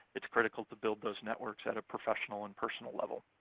it's critical to build those networks at a professional and personal level.